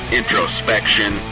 introspection